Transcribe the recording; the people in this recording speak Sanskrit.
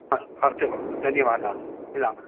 अस्तु अस्तु भोः धन्यवादाः मिलामः